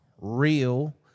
real